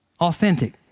Authentic